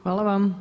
Hvala.